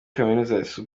kaminuza